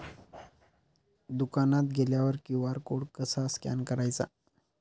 दुकानात गेल्यावर QR code कसा स्कॅन करायचा?